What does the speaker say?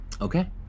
okay